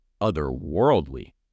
otherworldly